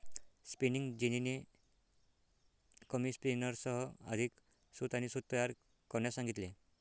spinning जेनीने कमी स्पिनर्ससह अधिक सूत आणि सूत तयार करण्यास सांगितले